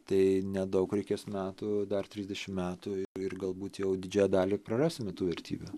tai nedaug reikės metų dar trisdešim metų ir galbūt jau didžiąją dalį prarasime tų vertybių